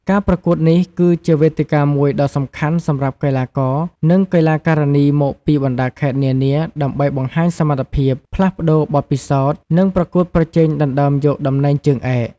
ការប្រកួតនេះគឺជាវេទិកាមួយដ៏សំខាន់សម្រាប់កីឡាករ និងកីឡាការិនីមកពីបណ្ដាខេត្តនានាដើម្បីបង្ហាញសមត្ថភាព ផ្លាស់ប្ដូរបទពិសោធន៍ និងប្រកួតប្រជែងដណ្ដើមយកតំណែងជើងឯក។